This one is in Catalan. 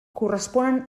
corresponen